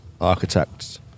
Architects